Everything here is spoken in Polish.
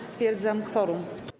Stwierdzam kworum.